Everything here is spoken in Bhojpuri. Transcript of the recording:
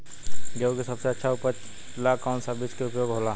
गेहूँ के सबसे अच्छा उपज ला कौन सा बिज के उपयोग होला?